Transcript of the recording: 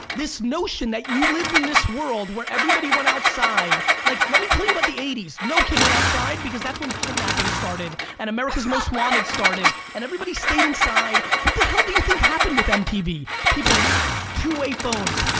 this notion that you lived in this world where everybody went outside. like let me tell you about the eighty s. no kid went outside because that's when kidnappings started and america's most wanted started and everybody stayed inside. what the hell do you think happened with mtv? two-way phones,